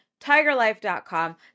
TigerLife.com